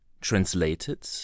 Translated